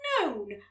known